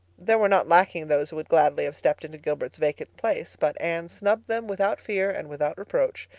there were not lacking those who would gladly have stepped into gilbert's vacant place. but anne snubbed them without fear and without reproach.